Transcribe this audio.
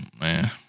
Man